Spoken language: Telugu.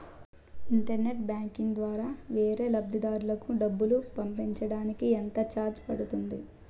ఇంటర్నెట్ బ్యాంకింగ్ ద్వారా వేరే లబ్ధిదారులకు డబ్బులు పంపించటానికి ఎంత ఛార్జ్ పడుతుంది?